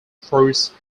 force